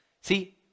See